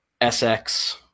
SX